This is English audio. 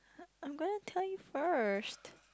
I am gonna tell you first